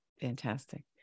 Fantastic